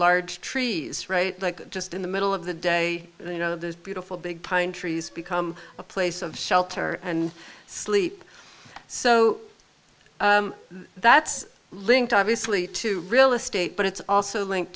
large trees right like just in the middle of the day you know those beautiful big pine trees become a place of shelter and sleep so that's linked obviously to real estate but it's also linked